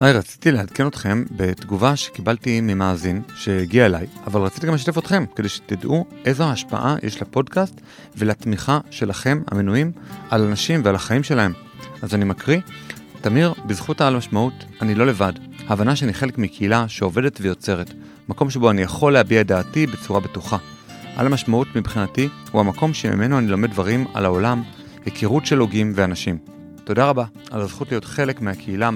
היי, רציתי לעדכן אתכם בתגובה שקיבלתי ממאזין שהגיע אליי, אבל רציתי גם לשתף אתכם, כדי שתדעו איזו ההשפעה יש לפודקאסט ולתמיכה שלכם המנויים על הנשים ועל החיים שלהם. אז אני מקריא, תמיר, בזכות העל משמעות אני לא לבד. ההבנה שאני חלק מקהילה שעובדת ויוצרת, מקום שבו אני יכול להביע דעתי בצורה בטוחה. העל המשמעות מבחינתי הוא המקום שממנו אני לומד דברים על העולם, הכירות של הוגים ואנשים. תודה רבה על הזכות להיות חלק מהקהילה.